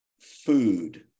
food